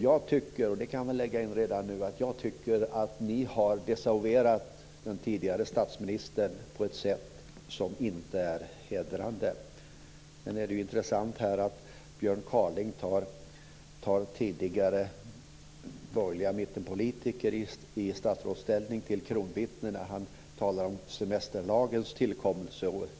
Jag tycker, det kan jag lägga in redan nu, att ni har desavouerat den tidigare statsministern på ett sätt som inte är hedrande. Det är intressant att Björn Kaaling tar tidigare borgerliga mittenpolitiker i statsrådsställning till kronvittnen när han talar om semesterlagens tillkomst.